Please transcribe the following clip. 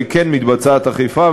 שכן מתבצעת אכיפה,